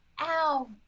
ow